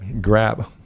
grab